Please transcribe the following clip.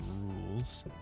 rules